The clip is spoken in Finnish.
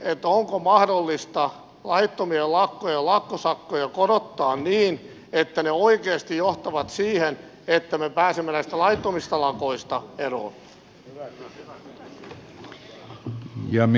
kysynkin onko mahdollista korottaa laitto mien lakkojen lakkosakkoja niin että ne oikeasti johtavat siihen että me pääsemme näistä laittomista lakoista eroon